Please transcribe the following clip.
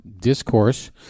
discourse